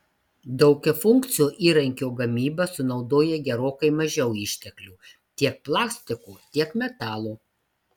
daugiafunkcio įrankio gamyba sunaudoja gerokai mažiau išteklių tiek plastiko tiek metalo